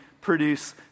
produce